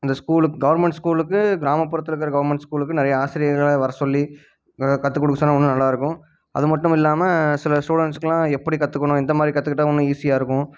அந்த ஸ்கூலுக்கு கவர்மெண்ட் ஸ்கூலுக்கு கிராமப்புறத்துலிருக்குற கவர்மெண்ட் ஸ்கூலுக்கு நிறையா ஆசிரியர்களை வர சொல்லி கற்றுக் கொடுக்க சொன்னால் இன்னும் நல்லாயிருக்கும் அதுமட்டுமில்லாமல் சில ஸ்டூடண்ஸுக்கெலாம் எப்படி கற்றுக்குணும் எந்தமாதிரி கற்றுக்கிட்டா இன்னும் ஈஸியாயிருக்கும்